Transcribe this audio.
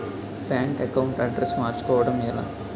Bank account address మార్చుకోవడం ఎలా?